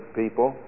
people